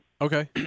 Okay